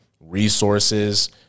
resources